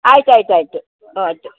ಆಯ್ತು ಆಯ್ತು ಆಯಿತು